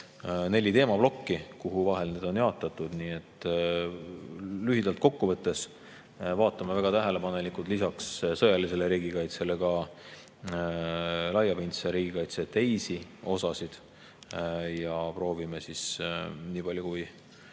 neli teemaplokki, mille vahel on [raha] jaotatud. Nii et lühidalt kokku võttes vaatame väga tähelepanelikult lisaks sõjalisele riigikaitsele ka laiapindse riigikaitse teisi osi ja proovime nii palju, kui